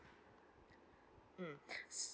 mm